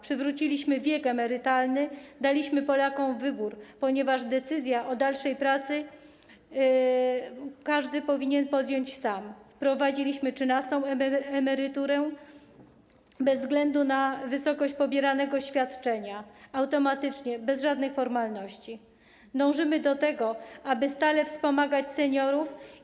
Przywróciliśmy wiek emerytalny, daliśmy Polakom wybór, ponieważ decyzję o dalszej pracy każdy powinien podjąć sam, wprowadziliśmy trzynastą emeryturę bez względu na wysokość pobieranego świadczenia, automatycznie, bez żadnych formalności, dążymy do tego, aby stale wspomagać seniorów.